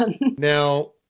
Now